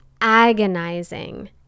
agonizing